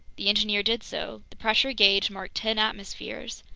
the engineer did so. the pressure gauge marked ten atmospheres.